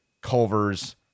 Culver's